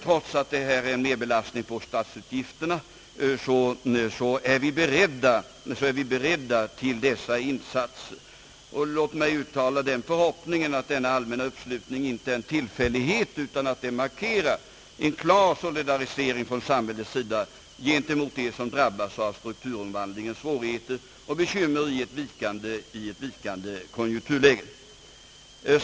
Trots att det här är fråga om en merbelastning på statsutgifterna, är vi beredda att göra dessa insatser. Låt mig uttala den förhoppningen att denna allmänna uppslutning inte är en tillfällighet utan att den markerar en klar solidarisering från samhällets sida gentemot dem som drabbas av strukturomvandlingens svårigheter och bekymmer i ett vikande konjunkturläge.